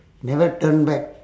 never turn back